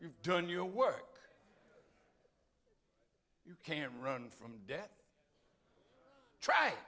you've done your work you can't run from death try